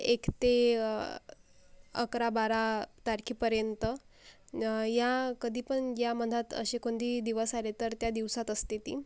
एक ते अकराबारा तारखेपर्यंत या कधी पण या मध्यात असे कोणतेही दिवस आले तर त्या दिवसात असते ती